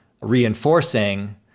reinforcing